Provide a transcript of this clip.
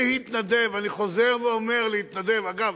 להתנדב, אני חוזר ואומר: להתנדב, אגב,